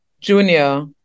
Junior